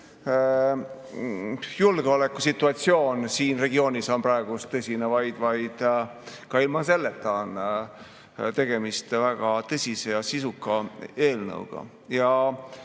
julgeolekusituatsioon siin regioonis on praegu tõsine, vaid ka ilma selleta on tegemist väga tõsise ja sisuka eelnõuga.